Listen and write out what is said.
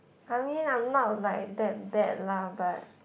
I mean I'm not like that bad lah but